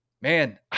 man